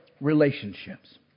relationships